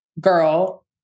girl